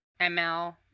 ML